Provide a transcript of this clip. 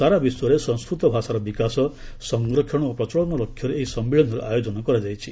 ସାରା ବିଶ୍ୱରେ ସଂସ୍କୃତ ଭାଷାର ବିକାଶ ସଂରକ୍ଷଣ ଓ ପ୍ରଚଳନ ଲକ୍ଷ୍ୟରେ ଏହି ସମ୍ମିଳନୀର ଆୟୋଜନ କରାଯାଇଛି